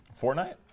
Fortnite